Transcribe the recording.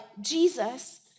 Jesus